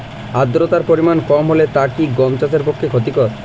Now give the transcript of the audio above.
আর্দতার পরিমাণ কম হলে তা কি গম চাষের পক্ষে ক্ষতিকর?